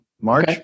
March